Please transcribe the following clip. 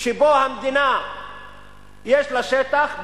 שבו המדינה יש לה שטח,